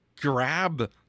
grab